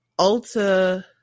ulta